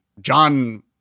John